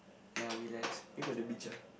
ya relax maybe by the beach ah